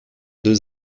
deux